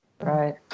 Right